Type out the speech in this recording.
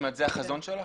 זה החזון שלך?